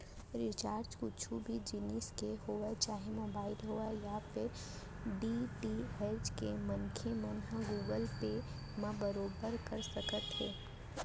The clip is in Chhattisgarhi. रिचार्ज कुछु भी जिनिस के होवय चाहे मोबाइल होवय या फेर डी.टी.एच के मनसे मन ह गुगल पे म बरोबर कर सकत हे